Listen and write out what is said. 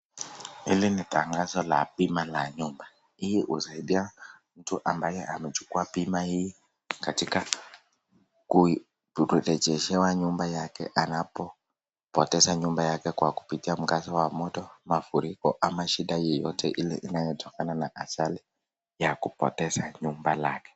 Hili ni tangazo la bima ya nyumba hii husaidia mtu ambaye amechukua bima hii katika kurejeshewa nyumba yake anapopoteza nyumba yake kwa kupitia mkasa wa moto, mafuriko ama shida yeyote inayotokana na ajali ya kupoteza nyumba lake.